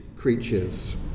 creatures